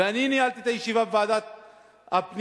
ואני ניהלתי את הישיבה בוועדת הפנים,